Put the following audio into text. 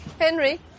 Henry